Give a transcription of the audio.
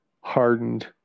hardened